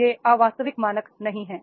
ये अवास्तविक मानक नहीं हैं